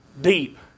deep